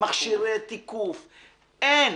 מכשירי תיקוף - אין.